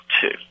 two